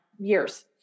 years